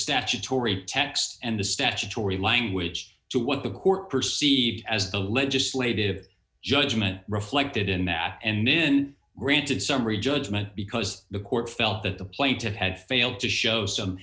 statutory text and the statutory language to what the court perceived as the legislative judgment reflected in that and then granted summary judgment because the court felt that the plaintiffs had failed to show some